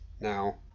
now